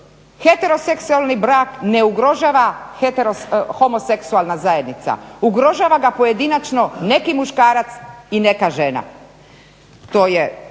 Heteroseksualni brak ne ugrožava homoseksualna zajednica, ugrožava ga pojedinačno neki muškarac i neka žena.